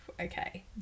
Okay